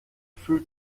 fühlt